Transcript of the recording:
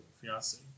fiance